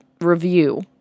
review